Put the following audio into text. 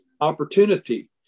opportunity